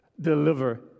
deliver